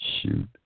shoot